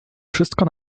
wszystko